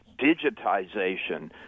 digitization